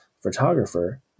photographer